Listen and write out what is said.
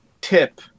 tip